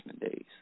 days